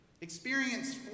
Experience